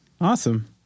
Awesome